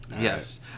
Yes